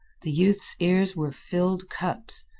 the youth's ears were filled cups.